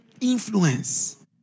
Influence